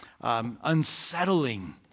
unsettling